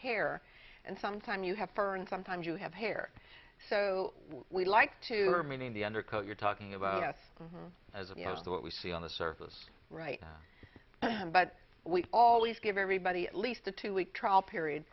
hair and sometime you have fur and sometimes you have hair so we like to remain in the undercoat you're talking about us as of the what we see on the surface right now but we always give everybody at least a two week trial period